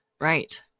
right